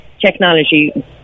technology